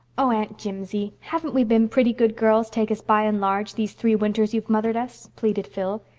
oh, aunt jimsie, haven't we been pretty good girls, take us by and large, these three winters you've mothered us? pleaded phil.